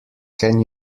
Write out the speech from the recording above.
can